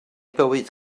bywyd